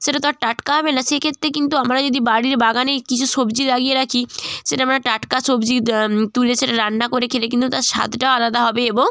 সেটা তো আর টাটকা হবে না সেই ক্ষেত্রে কিন্তু আমরা যদি বাড়ির বাগানেই কিছু সবজি লাগিয়ে রাখি সেটা মানে টাটকা সবজি তুলে সেটা রান্না করে খেলে কিন্তু তার স্বাদটা আলাদা হবে এবং